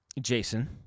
Jason